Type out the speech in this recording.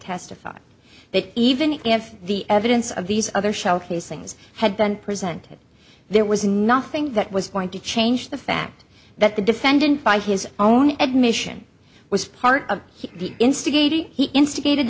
testified that even if the evidence of these other shell casings had been presented there was nothing that was going to change the fact that the defendant by his own admission was part of the instigator he instigated